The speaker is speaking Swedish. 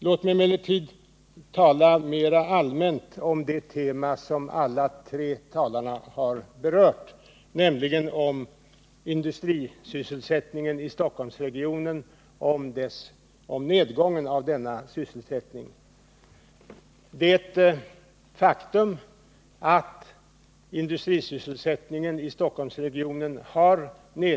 Låt mig emellertid tala litet mera allmänt om det tema som alla tre talarna har berört, nämligen frågan om nedgången i industrisysselsättningen i Stockholm. Det är ett faktum att industrisysselsättningen i Stockholmsregionen har gått ner.